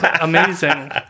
Amazing